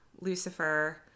Lucifer